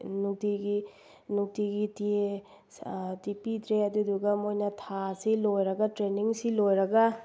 ꯅꯨꯡꯇꯤꯒꯤ ꯅꯨꯡꯇꯤꯒꯤ T E T ꯄꯤꯗ꯭ꯔꯦ ꯑꯗꯨꯗꯨꯒ ꯃꯣꯏꯅ ꯊꯥꯁꯤ ꯂꯣꯏꯔꯒ ꯇ꯭ꯔꯦꯅꯤꯡꯁꯤ ꯂꯣꯏꯔꯒ